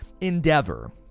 endeavor